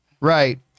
right